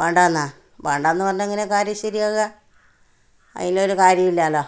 വേണ്ടെന്നോ വേണ്ടെന്ന് പറഞ്ഞാൽ എങ്ങനെയാണ് കാര്യം ശരിയാകുക അതിനൊരു കാര്യം ഇല്ലല്ലോ